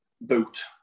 boot